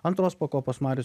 antros pakopos marius